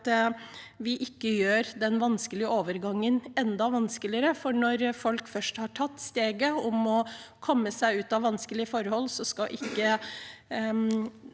gjør den vanskelige overgangen enda vanskeligere. Når folk først har tatt steget for å komme seg ut av vanskelige forhold, skal ikke